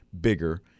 bigger